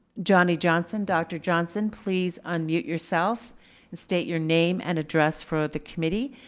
johnny johnson. dr. johnson, please unmute yourself and state your name and address for the committee.